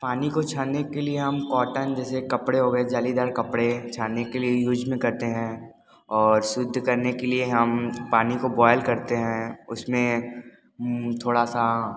पानी को छानने के लिए हम कॉटन जैसे कपड़े हो गए जालीदार कपड़े छानने के लिए यूज़ में करते हैं और शुद्ध करने के लिए हम पानी को बॉयल करते हैं और उसमें थोड़ा सा